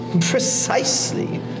precisely